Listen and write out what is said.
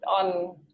on